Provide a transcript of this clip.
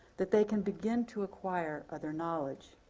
that they can begin to acquire other knowledge.